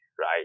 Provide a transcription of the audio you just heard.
right